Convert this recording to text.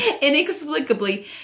Inexplicably